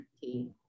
key